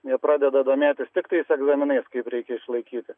jie pradeda domėtis tiktais egzaminais kaip reikia išlaikyti